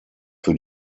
für